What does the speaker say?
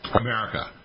America